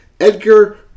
Edgar